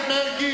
מרגי,